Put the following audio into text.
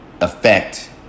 affect